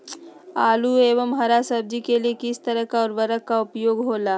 आलू एवं हरा सब्जी के लिए किस तरह का उर्वरक का उपयोग होला?